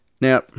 Now